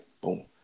boom